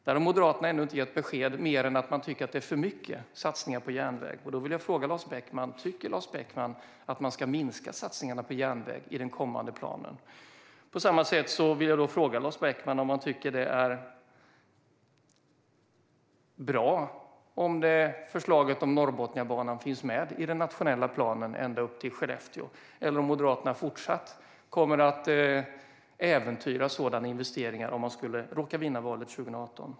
Där har Moderaterna ännu inte gett besked, mer än att de tycker att det är för mycket satsningar på järnväg. Då vill jag fråga Lars Beckman om han tycker att man ska minska satsningarna på järnväg i den kommande planen. På samma sätt vill jag fråga Lars Beckman om han tycker att det är bra om förslaget om Norrbotniabanan ända upp till Skellefteå finns med i den nationella planen eller om Moderaterna kommer att fortsätta att äventyra sådana investeringar om de skulle råka vinna valet 2018.